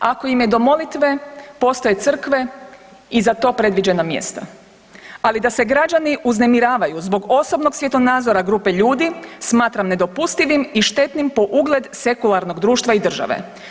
Ako im je do molitve postoje crvke i za to predviđena mjesta, ali da se građani uznemiravaju zbog osobnog svjetonazora grupe ljudi, smatram nedopustivim i štetnim po ugled sekularnog društva i države.